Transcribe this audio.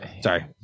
sorry